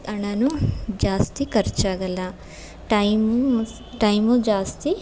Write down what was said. ಹಣನು ಜಾಸ್ತಿ ಖರ್ಚಾಗಲ್ಲ time time ಜಾಸ್ತಿ